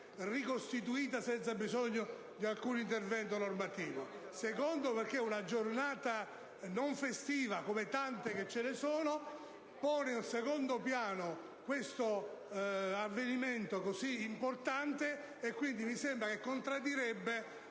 ricostituita senza bisogno di alcun intervento normativo; in secondo luogo, perché una giornata non festiva come tante ce ne sono porrebbe in secondo piano questo avvenimento così importante. Mi sembra quindi che contraddirebbe